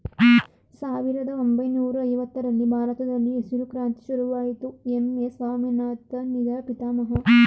ಸಾವಿರದ ಒಂಬೈನೂರ ಐವತ್ತರರಲ್ಲಿ ಭಾರತದಲ್ಲಿ ಹಸಿರು ಕ್ರಾಂತಿ ಶುರುವಾಯಿತು ಎಂ.ಎಸ್ ಸ್ವಾಮಿನಾಥನ್ ಇದರ ಪಿತಾಮಹ